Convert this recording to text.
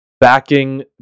Backing